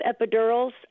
epidurals